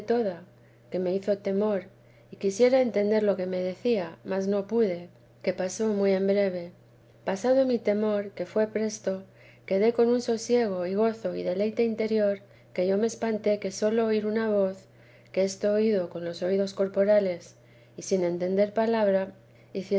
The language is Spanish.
que me hizo temor y quisiera entender lo que me decía mas no pude que pasó muy en breve pasado mi temor que fué presto quedé con un sosiego y gozo y deleite interior que yo me espanté que sólo oir una voz que esto oílo con los oídos corporales y sin entender palabra